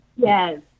Yes